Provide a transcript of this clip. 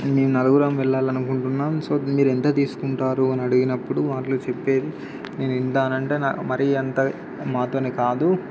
మేము నలుగురం వెళ్ళాలని అనుకుంటున్నాము సో మీరు ఎంత తీసుకుంటారు అని అడిగినప్పుడు వాళ్ళు చెప్పేది నేను ఇంత అని అంటే మరి అంత మాతోని కాదు